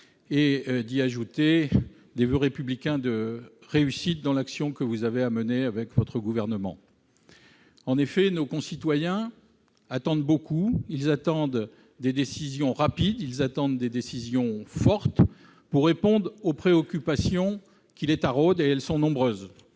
et d'y ajouter des voeux républicains de réussite dans l'action que vous avez à mener avec votre gouvernement. En effet, nos concitoyens attendent beaucoup : ils attendent des décisions rapides et fortes pour répondre aux préoccupations qui les taraudent, et elles sont nombreuses-